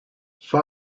say